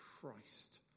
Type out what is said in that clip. Christ